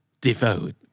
Devote